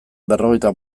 berrogeita